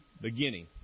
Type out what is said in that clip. beginning